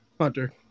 Hunter